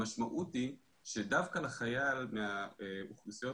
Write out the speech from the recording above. המשמעות היא שדווקא לחייל מהאוכלוסיות